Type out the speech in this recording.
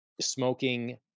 smoking